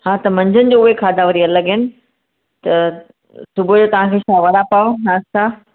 हा त मंझंदि जो उहे खाधा वरी अलॻि आहिनि त सुबुह जो तव्हां खे छा वड़ा पाव नास्ता